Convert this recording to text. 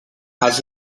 els